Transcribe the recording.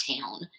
town